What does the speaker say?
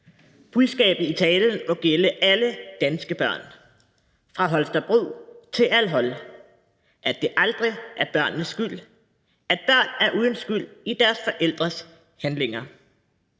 Budskabet i talen må gælde alle danske børn fra Holstebro til al-Hol, altså at det aldrig er børnenes skyld, og at børn er uden skyld i deres forældres handlinger.